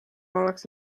ollakse